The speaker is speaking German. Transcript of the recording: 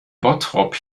bottrop